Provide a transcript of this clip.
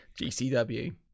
GCW